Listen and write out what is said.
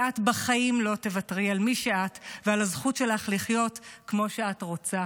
כי את בחיים לא תוותרי על מי שאת ועל הזכות שלך לחיות כמו שאת רוצה,